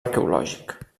arqueològic